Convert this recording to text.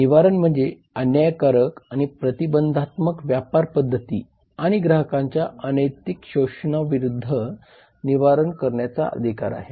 निवारण म्हणजे अन्यायकारक आणि प्रतिबंधात्मक व्यापार पद्धती आणि ग्राहकांच्या अनैतिक शोषणाविरूद्ध निवारण करण्याचा अधिकार आहे